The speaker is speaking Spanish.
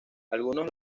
algunos